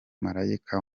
marayika